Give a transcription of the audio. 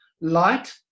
Light